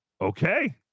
Okay